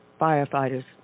firefighters